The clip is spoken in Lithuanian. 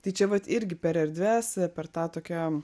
tai čia vat irgi per erdves per tą tokią